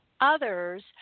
others